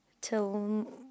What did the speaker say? till